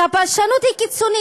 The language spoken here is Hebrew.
שהפרשנות היא קיצונית.